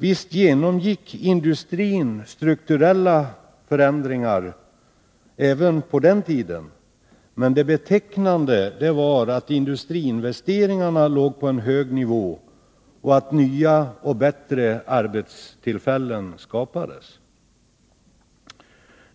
Visst genomgick industrin strukturella förändringar även på den tiden, men det betecknande var att industriinvesteringarna låg på en hög nivå och att nya och bättre arbetstillfällen skapades.